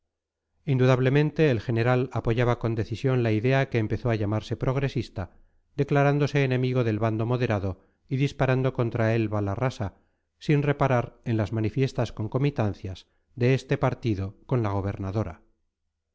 indudablemente el general apoyaba con decisión la idea que empezó a llamarse progresista declarándose enemigo del bando moderado y disparando contra él bala rasa sin reparar en las manifiestas concomitancias de este partido con la gobernadora